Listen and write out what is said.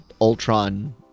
Ultron